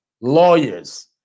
lawyers